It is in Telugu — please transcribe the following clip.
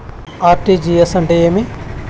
ఆర్.టి.జి.ఎస్ అంటే ఏమి?